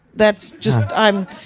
that's just, i'm.